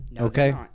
Okay